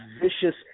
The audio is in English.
vicious